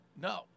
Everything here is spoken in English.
No